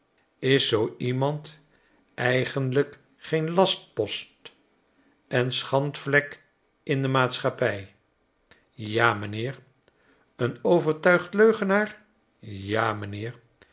is zoo iemand eigenlijk geen lastpost en schandvlek in de maatschappij ja m'nheer een overtuigd leugenaar ja m'nheer